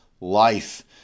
life